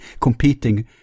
competing